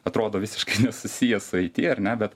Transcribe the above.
atrodo visiškai nesusijęs su it ar ne bet